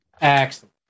Excellent